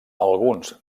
alguns